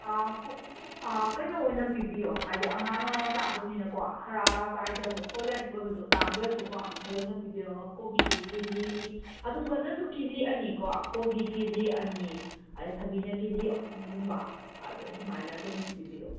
ꯑꯥ ꯑꯥ ꯀꯩꯅꯣ ꯑꯣꯏꯅ ꯄꯤꯕꯤꯌꯣ ꯍꯥꯏꯗꯤ ꯑꯉꯥꯡꯅ ꯆꯥꯗꯧꯅꯤꯅꯀꯣ ꯍꯥꯔ ꯆꯥꯏꯗꯕꯗꯣ ꯑꯣꯔꯒꯥꯅꯤꯛ ꯑꯣꯏꯕꯗꯣ ꯇꯥꯡꯖꯔꯁꯨꯀꯣ ꯑꯗꯨ ꯑꯣꯏꯅ ꯄꯤꯕꯤꯔꯛꯑꯣ ꯀꯣꯕꯤꯗꯨ ꯀꯤꯖꯤ ꯑꯗꯨꯝ ꯒꯖꯔꯁꯨ ꯀꯤꯖꯤ ꯑꯅꯤꯀꯣ ꯀꯣꯕꯤ ꯀꯤꯖꯤ ꯑꯅꯤ ꯑꯗꯩ ꯊꯕꯤꯅ ꯀꯤꯖꯤ ꯑꯍꯨꯝꯒꯨꯝꯕ ꯑꯗꯣ ꯑꯗꯨꯃꯥꯏꯅ ꯑꯗꯨꯝ ꯄꯤꯕꯤꯔꯛꯑꯣ